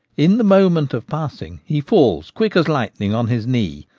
in the moment of passing, he falls quick as lightning on his knee,